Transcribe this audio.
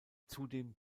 zudem